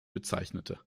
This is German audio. bezeichnete